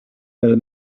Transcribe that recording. fel